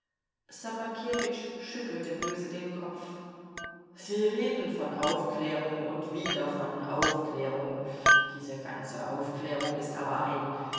schüttelte böse den kopf sie reden von aufklärung und wieder von aufklärung diese ganze aufklärung ist aber ein